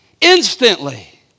instantly